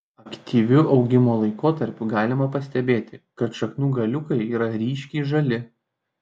aktyviu augimo laikotarpiu galima pastebėti kad šaknų galiukai yra ryškiai žali